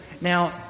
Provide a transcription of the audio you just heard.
now